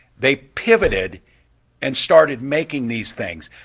they pivoted and started making these things,